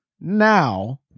now